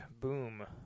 boom